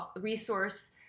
resource